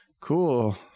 cool